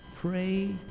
Pray